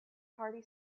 party